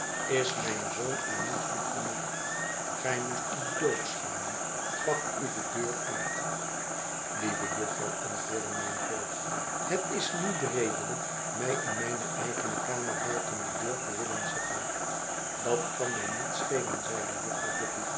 is mijn zoon u niet goed genoeg gij moest u doodschamen pak u de deur uit lieve jufvrouw antwoordde mijn voogd het is niet redelijk mij in mijne eigene kamer buiten de deur te willen zetten dat kan mij niet schelen zeide jufvrouw